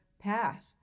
path